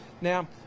Now